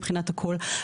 מבחינת הכל,